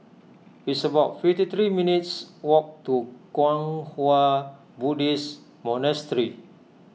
it's about fifty three minutes' walk to Kwang Hua Buddhist Monastery